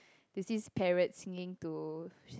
there's this parrot singing to